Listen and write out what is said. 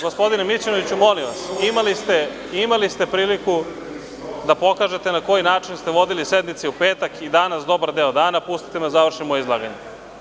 Gospodine Mićunoviću, molim vas, imali ste priliku da pokažete na koji način ste vodili sednice i u petak i danas dobar deo dana, pustite me da završim moje izlaganje.